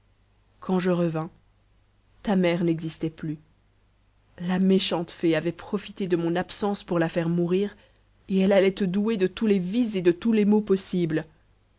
quand je revins ta mère n'existait plus la méchante fée avait profité de mon absence pour la faire mourir et elle allait te douer de tous les vices et de tous les maux possibles